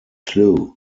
clue